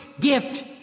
gift